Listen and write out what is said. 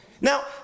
now